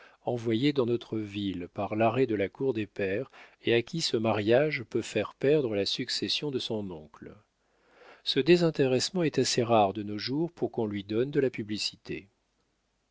envoyé dans notre ville par l'arrêt de la cour des pairs et à qui ce mariage peut faire perdre la succession de son oncle ce désintéressement est assez rare de nos jours pour qu'on lui donne de la publicité